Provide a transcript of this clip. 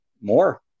more